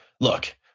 look